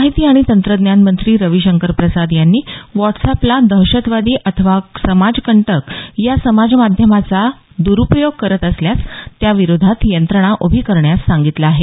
माहिती आणि तंत्रज्ञान मंत्री रवी शंकर प्रसाद यांनी व्हाटस्अॅपला दहशतवादी अथवा समाजकंटक या समाजमाध्यामाचा द्रुपयोग करत असल्यास त्याविरोधात यंत्रणा उभी करण्यास सांगितलं आहे